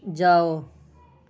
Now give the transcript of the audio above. جاؤ